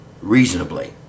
reasonably